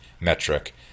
metric